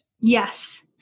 Yes